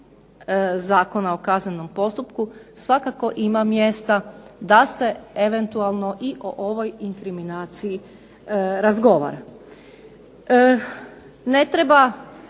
Zakona o kaznenom postupku svakako ima mjesta da se eventualno i o ovoj inkriminaciji razgovara. Ne treba